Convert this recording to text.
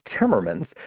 Timmermans